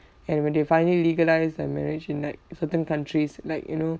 and when they finally legalise their marriage in like certain countries like you know